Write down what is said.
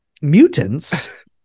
mutants